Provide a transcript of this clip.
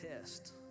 test